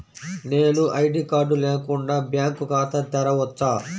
నేను ID card లేకుండా bank ఖాతా తెరవచ్చా?